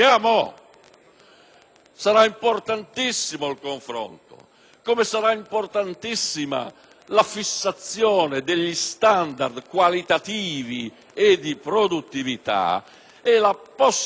sarà importantissimo il confronto. Così come sarà importantissima la fissazione degli standard qualitativi e di produttività e la possibilità di tutela